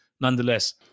nonetheless